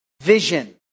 vision